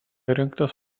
įrengtas